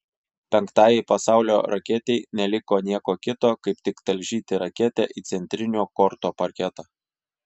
penktajai pasaulio raketei neliko nieko kito kaip tik talžyti raketę į centrinio korto parketą